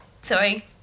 Sorry